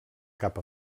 cap